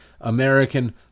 American